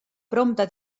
prompte